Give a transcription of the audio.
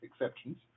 exceptions